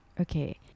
Okay